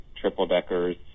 triple-deckers